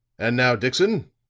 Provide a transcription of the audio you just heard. and now, dixon,